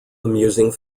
amusing